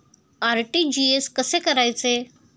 RTGS कसे करायचे?